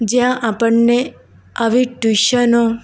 જ્યાં આપણને આવી ટ્યુશનો